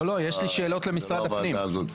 לא, יש לי שאלות למשרד הפנים.